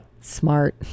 Smart